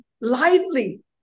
lively